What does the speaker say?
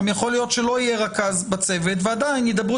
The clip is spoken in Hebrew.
גם יכול להיות שלא יהיה רכז בצוות ועדיין ידברו